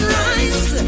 rise